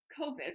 COVID